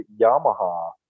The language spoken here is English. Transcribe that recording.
Yamaha